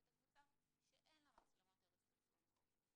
ואת הקבוצה שאין לה מצלמות ערב פרסום החוק.